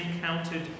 counted